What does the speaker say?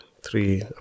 three